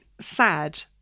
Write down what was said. sad